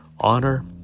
honor